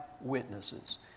witnesses